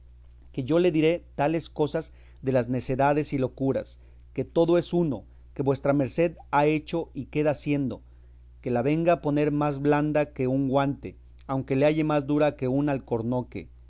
que yo le diré tales cosas de las necedades y locuras que todo es uno que vuestra merced ha hecho y queda haciendo que la venga a poner más blanda que un guante aunque la halle más dura que un alcornoque